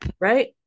right